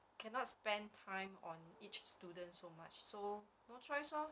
cannot spend time on each student so much so no choice lor